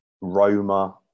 Roma